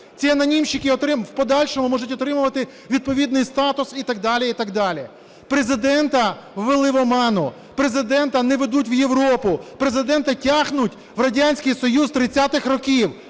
Ці анонімщики у подальшому можуть отримувати відповідний статус і так далі, і так далі. Президента ввели в оману: Президента не ведуть у Європу, Президента тягнуть в Радянський Союз 30-х років,